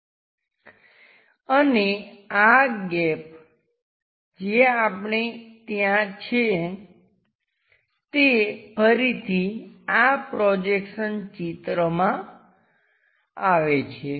અને આ ગેપ જે આપણે ત્યાં છે તે ફરીથી આ પ્રોજેક્શન ચિત્રમાં આવે છે